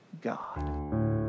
God